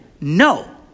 No